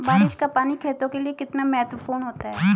बारिश का पानी खेतों के लिये कितना महत्वपूर्ण होता है?